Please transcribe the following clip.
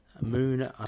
moon